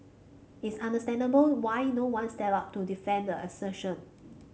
it's understandable why no one stepped up to defend the assertion